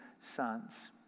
sons